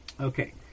okay